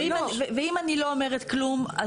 ואם אני לא אומרת כלום?